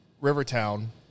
Rivertown